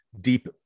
deep